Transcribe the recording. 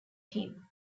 him